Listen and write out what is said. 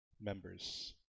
members